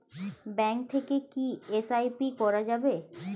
Bank থেকে কী SIP করা যাবে?